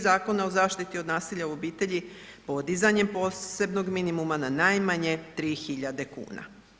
Zakona o zaštiti od nasilja u obitelji podizanjem posebnog minimuma na najmanje 3.000 kuna.